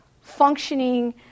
functioning